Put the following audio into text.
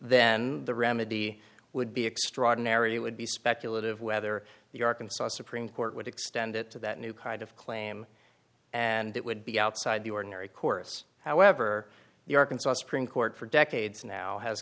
then the remedy would be extraordinary it would be speculative whether the arkansas supreme court would extend it to that new kind of claim and it would be outside the ordinary course however the arkansas supreme court for decades now has